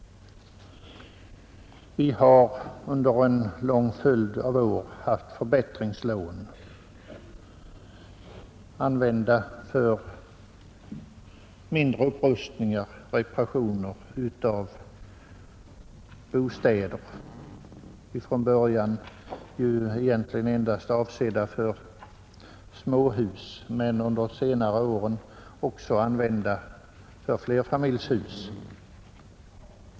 Det har under en lång följd av år funnits förbättringslån att användas för mindre upprustningar och reparationer av bostäder, från början egentligen endast avsedda för småhus men under de senare åren också använda för flerfamiljshus.